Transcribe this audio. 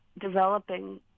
developing